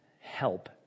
help